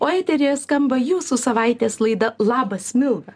o eteryje skamba jūsų savaitės laida labas milda